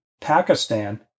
Pakistan